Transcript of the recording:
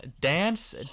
dance